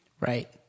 Right